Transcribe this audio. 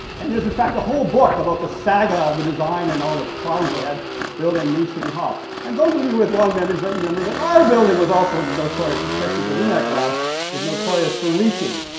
and there's in fact a whole book about the saga of the design and all the problems they had building new city hall. and those of you with long memories might remember that our building was also notorious especially the linac lab was notorious for leaking.